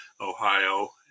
Ohio